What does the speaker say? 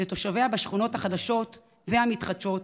לתושביה בשכונות החדשות והמתחדשות,